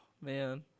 Man